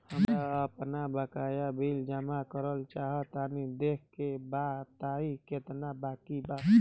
हमरा आपन बाकया बिल जमा करल चाह तनि देखऽ के बा ताई केतना बाकि बा?